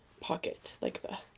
pocket. like that.